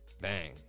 Bang